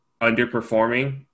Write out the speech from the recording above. underperforming